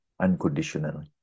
unconditionally